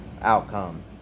outcome